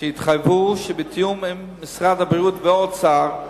יתחייבו בתיאום עם משרד הבריאות והאוצר,